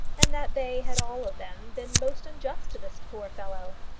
and that they had all of them been most unjust to this poor fellow.